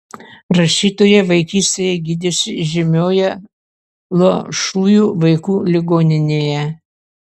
rašytoja vaikystėje gydėsi žymioje luošųjų vaikų ligoninėje